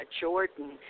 Jordan